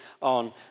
on